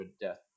death